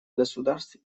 государств